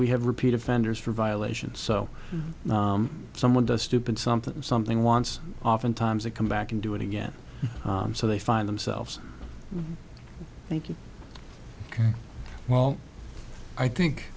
we have repeat offenders for violations so someone does stupid something something wants oftentimes they come back and do it again so they find themselves thank you well i think